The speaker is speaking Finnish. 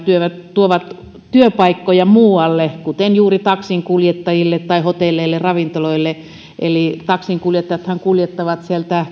tuovat työpaikkoja muualle kuten juuri taksinkuljettajille tai hotelleille ja ravintoloille eli taksinkuljettajathan kuljettavat